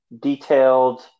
detailed